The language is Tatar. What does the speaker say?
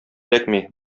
эләкми